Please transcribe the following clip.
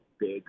big